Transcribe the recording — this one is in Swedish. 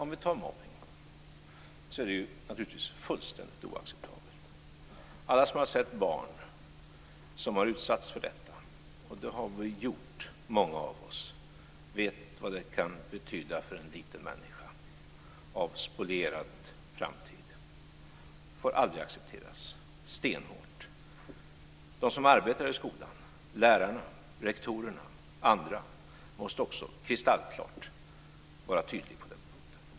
Men mobbningen är naturligtvis fullständigt oacceptabel. Alla som har sett barn som har utsatts för mobbning - och det har många av oss gjort - vet vad det kan betyda för en liten människa i form av en spolierad framtid. Det får aldrig accepteras - det är stenhårt. De som arbetar i skolan - lärarna, rektorerna och andra - måste också vara kristallklart tydliga på den punkten.